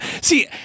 See